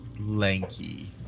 Lanky